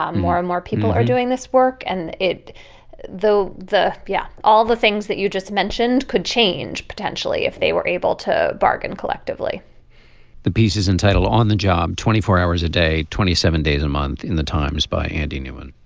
um more and more people are doing this work and it though. yeah all the things that you just mentioned could change potentially if they were able to bargain collectively the piece is entitled on the job twenty four hours a day twenty seven days a month in the times by andy newman